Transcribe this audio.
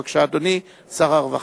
בבקשה, אדוני שר הרווחה.